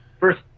First